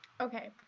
Okay